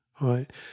right